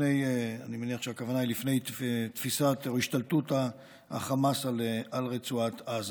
אני מניח שהכוונה היא לפני תפיסת או השתלטות החמאס על רצועת עזה.